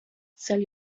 sell